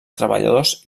treballadors